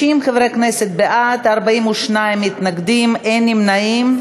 50 חברי כנסת בעד, 42 מתנגדים, אין נמנעים.